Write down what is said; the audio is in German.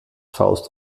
faust